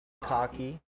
cocky